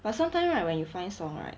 but sometimes right when you find song right